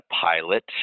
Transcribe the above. pilot